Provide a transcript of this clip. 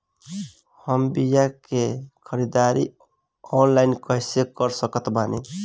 हम बीया के ख़रीदारी ऑनलाइन कैसे कर सकत बानी?